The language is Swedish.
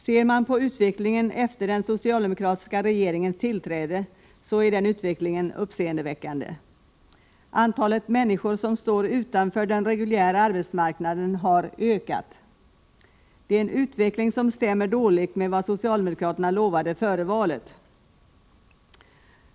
Ser man på utvecklingen efter den socialdemokratiska regeringens tillträde finner man att den är uppseendeväckande. Antalet människor som står utanför den reguljära arbetsmarknaden har ökat. Det är en utveckling som stämmer dåligt med vad socialdemokraterna lovade före valet.